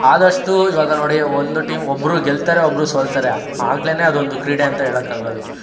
ಆದಷ್ಟು ಇವಾಗ ನೋಡಿ ಒಂದು ಟೀಮ್ ಒಬ್ಬರು ಗೆಲ್ತಾರೆ ಒಬ್ಬರು ಸೋಲ್ತಾರೆ ಆಗಲೇ ಅದೊಂದು ಕ್ರೀಡೆ ಅಂತ ಹೇಳೋಕಾಗೋದು